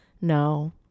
no